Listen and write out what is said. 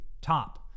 top